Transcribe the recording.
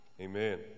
Amen